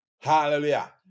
Hallelujah